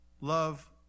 Love